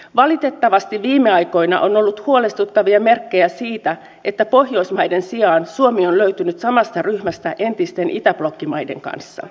valitettavasti viime aikoina on ollut huolestuttavia merkkejä siitä että pohjoismaiden sijaan suomi on löytynyt samasta ryhmästä entisten itäblokkimaiden kanssa